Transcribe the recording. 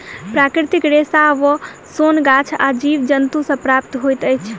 प्राकृतिक रेशा वा सोन गाछ आ जीव जन्तु सॅ प्राप्त होइत अछि